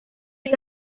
sie